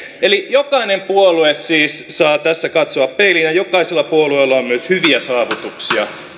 jokainen puolue siis saa tässä katsoa peiliin ja jokaisella puolueella on myös hyviä saavutuksia